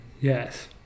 Yes